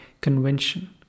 convention